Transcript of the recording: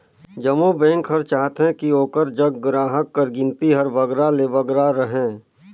जम्मो बेंक हर चाहथे कि ओकर जग गराहक कर गिनती हर बगरा ले बगरा रहें